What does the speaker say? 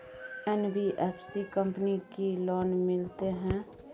NBFC company की loan मिलते है?